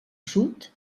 sud